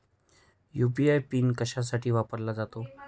UPI PIN कशासाठी वापरला जातो?